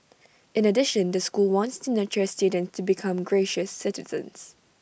in addition the school wants to nurture students to become gracious citizens